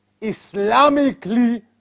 islamically